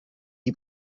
die